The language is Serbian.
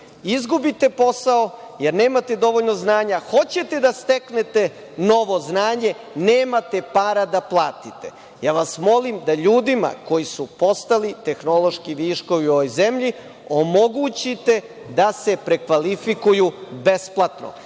Izgubite posao jer nemate dovoljno znanja, hoćete da steknete novo znanje, ali nemate para da platite. Molim vas, da ljudima koji su postali tehnološki viškovi u ovoj zemlji omogućite da se prekvalifikuju besplatno. Vi